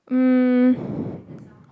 um